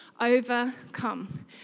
overcome